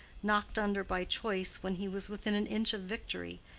knocked under by choice when he was within an inch of victory,